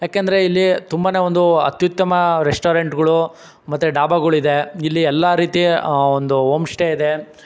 ಯಾಕೆಂದ್ರೆ ಇಲ್ಲಿ ತುಂಬನೇ ಒಂದು ಅತ್ಯುತ್ತಮ ರೆಸ್ಟೋರೆಂಟ್ಗಳೂ ಮತ್ತೆ ಡಾಬಾಗಳು ಇದೆ ಇಲ್ಲಿ ಎಲ್ಲ ರೀತಿಯ ಒಂದು ಓಮ್ ಶ್ಟೇ ಇದೆ